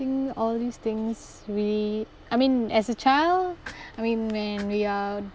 think all these things really I mean as a child I mean when we are